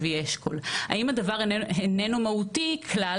לוי אשכול "אם הדבר איננו מהותי כלל,